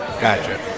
Gotcha